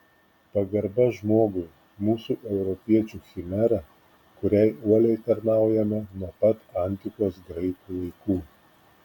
pagarba žmogui mūsų europiečių chimera kuriai uoliai tarnaujame nuo pat antikos graikų laikų